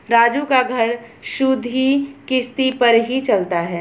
राजू का घर सुधि किश्ती पर ही चलता है